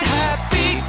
happy